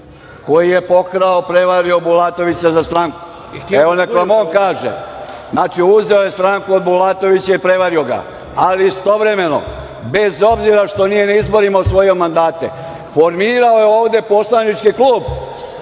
pokrao, prevario Bulatovića za stranku. Evo neka vam on kaže. Uzeo je stranku od Bulatovića i prevario ga, ali istovremeno bez obzira što nije na izborima osvojio mandate, formirao je ovde poslanički klub